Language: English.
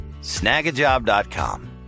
Snagajob.com